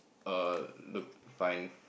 err look fine